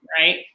Right